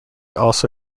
also